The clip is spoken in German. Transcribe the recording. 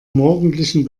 morgendlichen